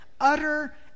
utter